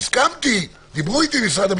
הוועדה לא משנה את זה, נשאר 24 שעות.